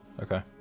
okay